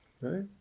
right